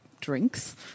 drinks